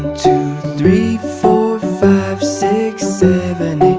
two, three, four five, six, seven,